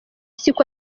siko